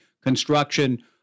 construction